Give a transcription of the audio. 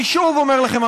אני שוב אומר לכם,